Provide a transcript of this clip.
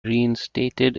reinstated